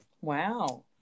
wow